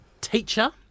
teacher